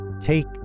Take